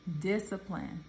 Discipline